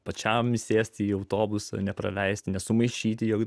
pačiam sėsti į autobusą nepraleisti nesumaišyti jau